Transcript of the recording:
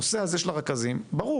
הנושא הזה של הרכזים ברור.